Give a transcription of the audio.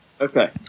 Okay